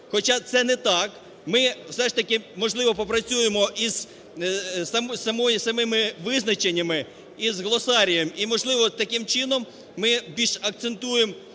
хоча це не так. Ми все ж таки, можливо, попрацюємо з самими визначеннями, з глосарієм. І можливо, таким чином ми більш акцентуємо,